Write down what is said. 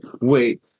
wait